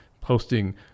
posting